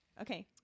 Okay